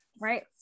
right